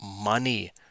money